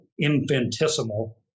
infinitesimal